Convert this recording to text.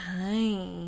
Hi